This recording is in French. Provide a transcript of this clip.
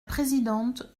présidente